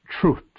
truth